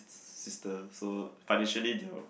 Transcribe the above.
sister so financially they're